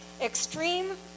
Extreme